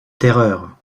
terreur